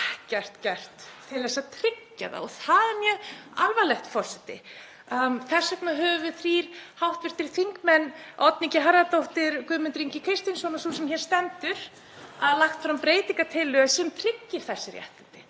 ekkert gert til að tryggja það og það er mjög alvarlegt, forseti. Þess vegna höfum við þrír hv. þingmenn, Oddný G. Harðardóttir, Guðmundur Ingi Kristinsson og sú sem hér stendur, lagt fram breytingartillögu sem tryggir þessi réttindi